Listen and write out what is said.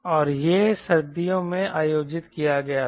और यह सर्दियों में आयोजित किया गया था